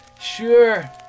Sure